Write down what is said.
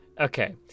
okay